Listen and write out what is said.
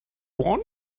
one